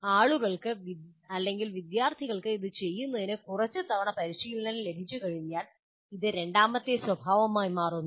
ആളുകൾക്ക് വിദ്യാർത്ഥികൾക്ക് ഇത് ചെയ്യുന്നതിന് കുറച്ച് തവണ പരിശീലനം ലഭിച്ചുകഴിഞ്ഞാൽ അത് രണ്ടാമത്തെ സ്വഭാവമായി മാറുന്നു